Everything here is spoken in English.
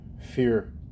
fear